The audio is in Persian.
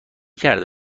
کرده